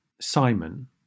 simon